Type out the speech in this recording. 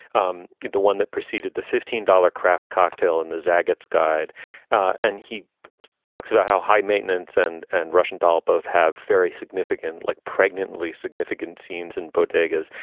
um the one that preceded the fifteen dollars craft cocktail and the zagat's guide and he talks about how high maintenance and and russian doll both have very significant like pregnant lee, significant scenes and bodegas.